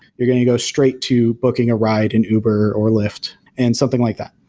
you're going to go straight to booking a ride in uber, or lyft and something like that.